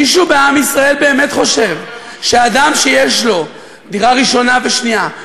מישהו בעם ישראל באמת חושב שאדם שיש לו דירה ראשונה ושנייה,